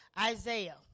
Isaiah